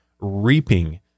reaping